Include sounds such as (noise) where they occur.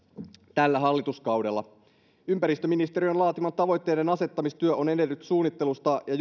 tällä hallituskaudella ympäristöministeriön laatima tavoitteiden asettamistyö on edennyt suunnittelusta ja (unintelligible)